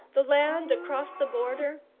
the land across the border,